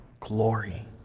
Glory